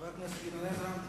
חבר הכנסת גדעון עזרא,